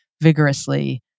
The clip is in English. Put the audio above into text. vigorously